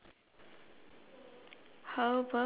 mmhmm pink blouse